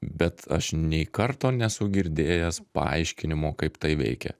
bet aš nei karto nesu girdėjęs paaiškinimo kaip tai veikia